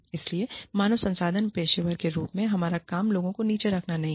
इसलिए मानव संसाधन पेशेवरों के रूप में हमारा काम लोगों को नीचे रखना नहीं है